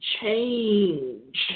change